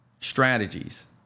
strategies